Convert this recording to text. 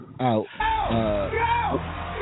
out –